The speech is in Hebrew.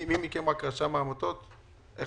לא